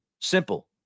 Simple